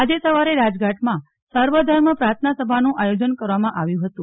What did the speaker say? આજે સવારે રાજઘાટમાં સર્વધર્મ પ્રાર્થનાસભાનું આયોજન કરવામાં આવ્યું હતું